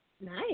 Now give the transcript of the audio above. Nice